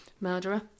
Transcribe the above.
murderer